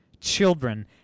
children